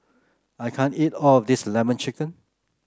I can't eat all of this lemon chicken